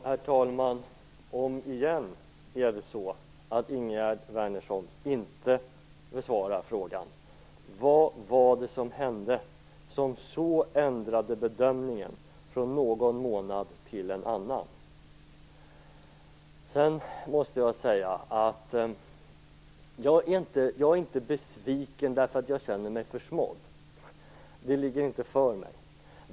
Herr talman! Återigen besvarar inte Ingegerd Wärnersson frågan. Vad var det som hände som så ändrade bedömningen från någon månad till en annan? Jag är inte besviken därför att jag känner mig försmådd. Det ligger inte för mig.